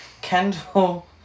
Kendall